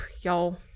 Y'all